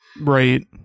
Right